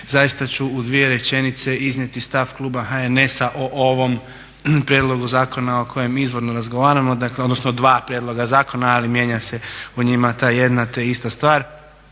zaista ću u dvije rečenice iznijeti stav kluba HNS-a o ovom prijedlogu zakona o kojem izvorno razgovaramo, odnosno dva prijedloga zakona ali mijenja se u njima ta jedna te ista stvar